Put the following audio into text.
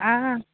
आं